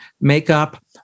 makeup